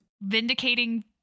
vindicating